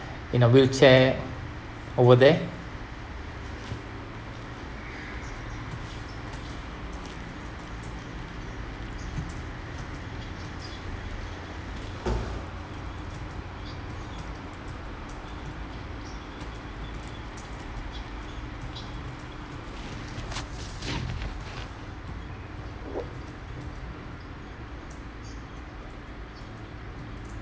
in a wheelchair over there